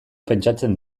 pentsatzen